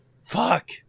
Fuck